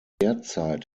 derzeit